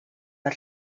per